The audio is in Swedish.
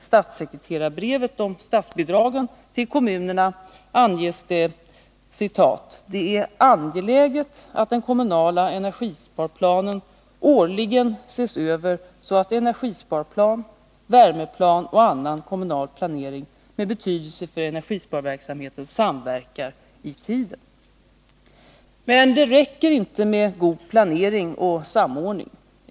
statssekreterarbrevet om statsbidragen till kommunerna står bl.a. följande: ”——— det är angeläget att energisparplanen årligen ses över så att energisparplan, värmeplan och annan kommunal planering med betydelse för energisparverksamheten samverkar i tiden.” Men det räcker inte med god planering och samordning.